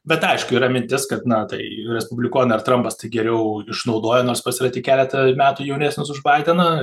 bet aišku yra mintis kad na tai respublikonai ar trampas tai geriau išnaudoja nors pats yra tik keletą metų jaunesnis už baideną